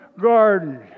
garden